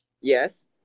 Yes